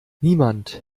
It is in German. niemand